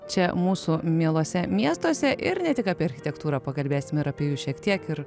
čia mūsų mieluose miestuose ir ne tik apie architektūrą pakalbėsim ir apie jus šiek tiek ir